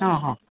ಹ್ಞೂ ಹ್ಞೂ